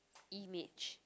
image